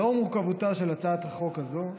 לאור מורכבותה של הצעת החוק זו,